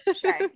sure